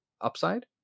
upside